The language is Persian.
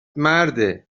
مرده